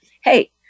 hey